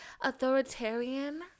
authoritarian